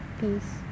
peace